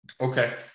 Okay